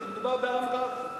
כי מדובר בעם רב.